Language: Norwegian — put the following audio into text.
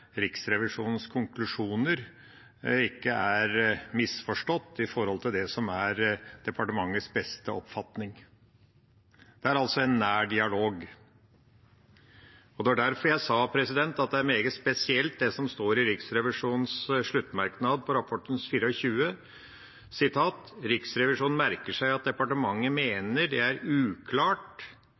Riksrevisjonens konklusjoner ikke er misforstått i forhold til det som er departementets beste oppfatning. Det er altså en nær dialog. Det var derfor jeg sa at det er meget spesielt, det som står i Riksrevisjonens sluttmerknad på side 24 i rapporten: «Riksrevisjonen merker seg at departementet mener at det er uklart